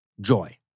joy